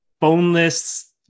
boneless